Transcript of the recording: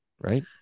Right